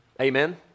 Amen